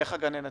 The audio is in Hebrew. איך גננת